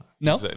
no